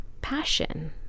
passion